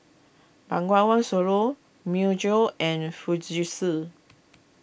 Bengawan Solo Myojo and Fujitsu